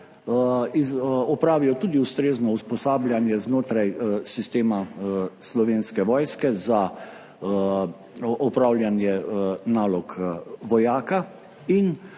opravijo tudi ustrezno usposabljanje znotraj sistema Slovenske vojske za opravljanje nalog vojaka in